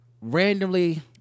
randomly